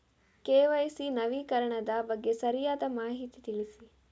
KYC ನವೀಕರಣದ ಬಗ್ಗೆ ಸರಿಯಾದ ಮಾಹಿತಿ ತಿಳಿಸಿ?